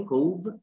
Cove